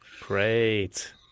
great